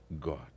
God